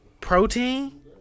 protein